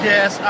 Yes